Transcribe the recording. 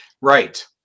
Right